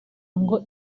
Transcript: ngo